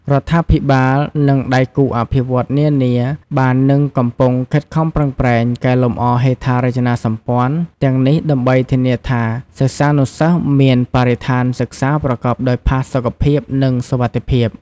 រដ្ឋាភិបាល និងដៃគូអភិវឌ្ឍន៍នានាបាននិងកំពុងខិតខំប្រឹងប្រែង កែលម្អហេដ្ឋារចនាសម្ព័ន្ធ ទាំងនេះដើម្បីធានាថា សិស្សានុសិស្សមានបរិស្ថានសិក្សាប្រកបដោយផាសុកភាព និងសុវត្ថិភាព។